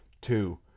two